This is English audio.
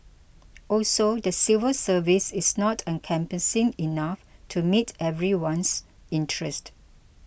also the civil service is not encompassing enough to meet everyone's interest